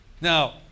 Now